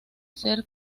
ser